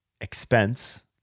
expense